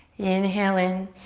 inhale in.